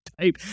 type